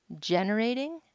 generating